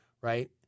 right